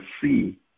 see